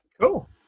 cool